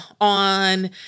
on